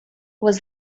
was